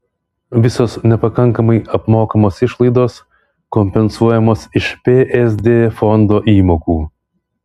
visos nepakankamai apmokamos išlaidos kompensuojamos iš psd fondo įmokų